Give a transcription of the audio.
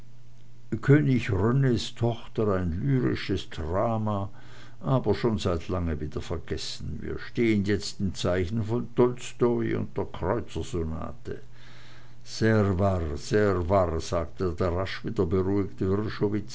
könig rens tochter ein lyrisches drama aber schon seit lange wieder vergessen wir stehen jetzt im zeichen von tolstoi und der kreutzersonate sehr warr sehr warr sagte der rasch wieder beruhigte